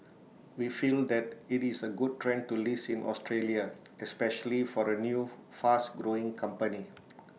we feel that IT is A good trend to list in Australia especially for A new fast growing company